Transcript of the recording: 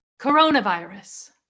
coronavirus